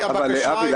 אבי,